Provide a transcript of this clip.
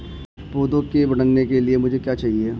पौधे के बढ़ने के लिए मुझे क्या चाहिए?